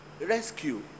rescue